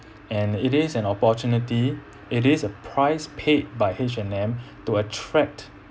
and it is an opportunity it is a price paid by h and m to attract